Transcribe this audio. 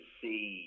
see